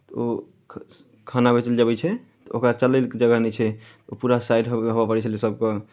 ओ खाना बेचय लेल जे अबै छै ओकरा चलय लेल जगह नहि छै ओ पूरा साइड होबय पड़ैत छलै सभके